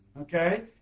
Okay